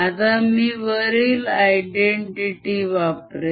आता मी वरील identity वापरेन